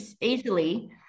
easily